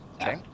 Okay